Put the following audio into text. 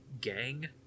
gang